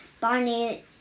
Barney